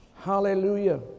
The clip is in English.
hallelujah